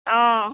অঁ